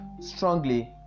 strongly